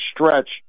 stretch